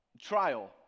trial